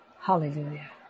Hallelujah